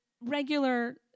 regular